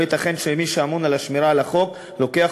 לא ייתכן שמי שאמון על השמירה על החוק לוקח